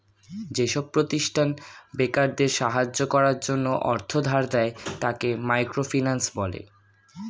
যেসব প্রতিষ্ঠান বেকারদের সাহায্য করার জন্য অর্থ ধার দেয়, তাকে মাইক্রো ফিন্যান্স বলে